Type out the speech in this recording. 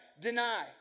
deny